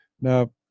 Now